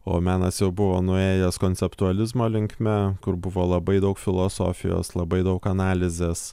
o menas jau buvo nuėjęs konceptualizmo linkme kur buvo labai daug filosofijos labai daug analizės